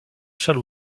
saint